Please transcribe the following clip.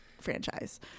Franchise